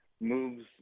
moves